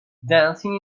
dancing